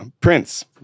prince